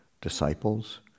disciples